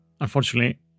Unfortunately